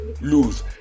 lose